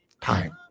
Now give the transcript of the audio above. time